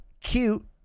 cute